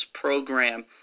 program